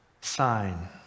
sign